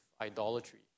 idolatry